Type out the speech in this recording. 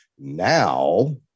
now